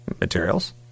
materials